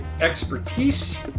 expertise